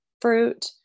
fruit